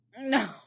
no